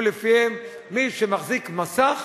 ולפיהן מי שמחזיק מסך,